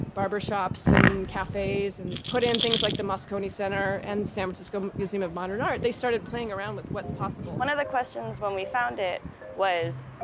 barbershops, and cafes and put in things like the moscone center and the san francisco museum of modern art. they started playing around with what's possible one of the questions when we found it was,